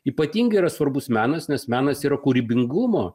ypatingai yra svarbus menas nes menas yra kūrybingumo